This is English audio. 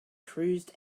cruised